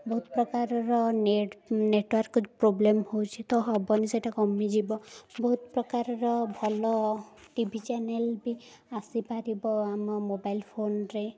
ବହୁତ ପ୍ରକାରର net network problem ହେଉଛି ତ ହେବନି ସେଇଟା କମିଯିବ ବହୁତ ପ୍ରକାରର ଭଲ ଟିଭି ଚ୍ୟାନେଲ୍ ବି ଆସିପାରିବ ଆମ ମୋବାଇଲ୍ ଫୋନ୍ରେ